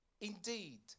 indeed